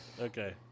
Okay